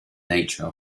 nature